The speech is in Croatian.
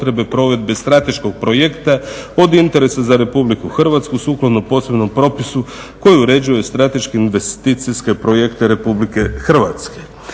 ovdje u Hrvatskom